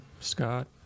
Scott